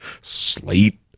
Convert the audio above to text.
slate